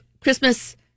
Christmas